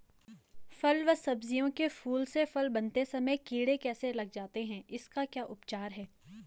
फ़ल व सब्जियों के फूल से फल बनते समय कीड़े कैसे लग जाते हैं इसका क्या उपचार है?